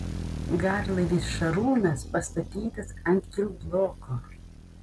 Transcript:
garlaivis šarūnas pastatytas ant kilbloko